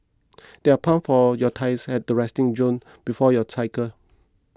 there are pump for your tyres at the resting zone before you cycle